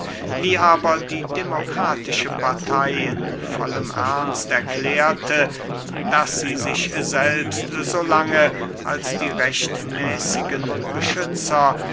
wie aber die demokratische partey in vollem ernst erklärte daß sie sich selbst so lange als die rechtmäßigen beschützer